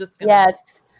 Yes